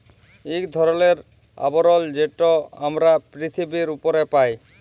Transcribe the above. ইক ধরলের আবরল যেট আমরা পিরথিবীর উপরে পায়